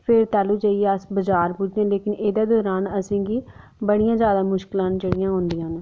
फिर तैह्लूं जाइयै अस बजार पुज्जने आं एह्दे दौरान असें गी बडियां ज्यादा मुश्कलां ना जैहडियां औंदियां न